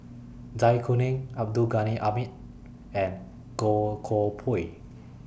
Zai Kuning Abdul Ghani Hamid and Goh Koh Pui